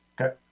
Okay